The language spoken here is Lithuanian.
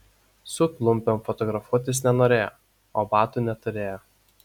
su klumpėm fotografuotis nenorėjo o batų neturėjo